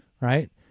right